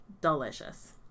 Delicious